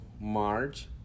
March